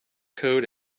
code